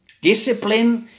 discipline